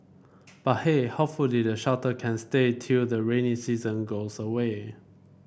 but hey hopefully the shelter can stay till the rainy season goes away